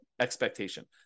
expectation